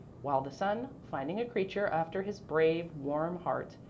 while the sun, finding a creature after his brave, warm heart,